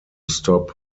stop